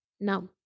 Now